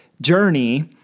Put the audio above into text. journey